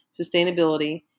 sustainability